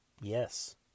yes